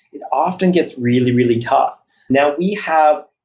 it often gets really, really tough now we have,